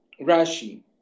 Rashi